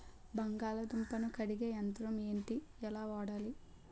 బంగాళదుంప ను కడిగే యంత్రం ఏంటి? ఎలా వాడాలి?